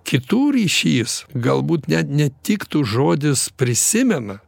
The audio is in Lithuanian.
kitų ryšys galbūt net netiktų žodis prisimena